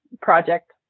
project